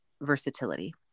versatility